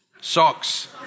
Socks